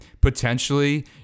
potentially